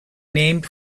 named